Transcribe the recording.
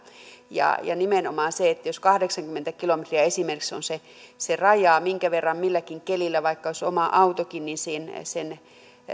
ja ja nimenomaan jos esimerkiksi kahdeksankymmentä kilometriä on se se raja minkä verran milläkin kelillä vaikka olisi oma autokin sen matkan